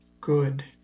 good